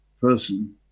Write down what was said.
person